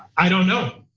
i don't know.